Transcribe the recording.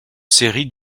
série